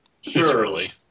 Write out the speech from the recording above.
surely